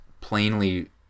plainly